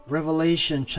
Revelation